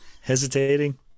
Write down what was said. hesitating